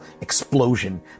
explosion